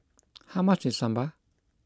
how much is Sambar